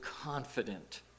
confident